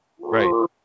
Right